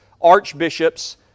archbishops